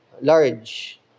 large